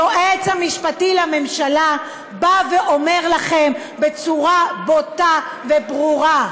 היועץ המשפטי לממשלה בא ואומר לכם בצורה בוטה וברורה: